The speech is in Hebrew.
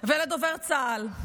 ולדובר צה"ל.